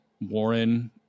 Warren